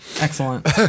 Excellent